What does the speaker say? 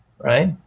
Right